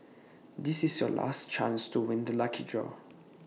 this is your last chance to win the lucky draw